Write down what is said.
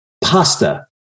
pasta